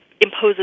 imposes